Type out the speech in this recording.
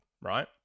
Right